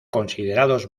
considerados